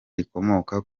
rikomoka